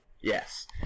Yes